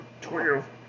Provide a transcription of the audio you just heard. twelve